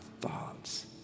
thoughts